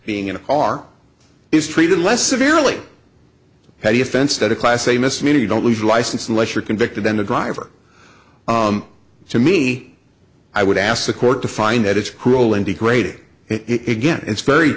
being in a car is treated less severely how do you fence that a class a misdemeanor you don't lose your license unless you're convicted then the driver to me i would ask the court to find that it's cruel and degrading it again it's very